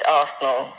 arsenal